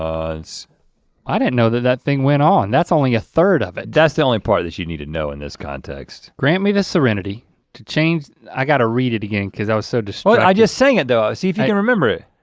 um i didn't know that that thing went on. that's only a third of it. that's the only part that you need to know in this context. grant me the serenity to change, i got to read it again cause i was so distracted. i just sang it though. see if i can remember it.